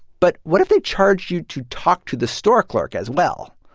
but what if they charge you to talk to the store clerk as well?